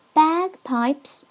bagpipes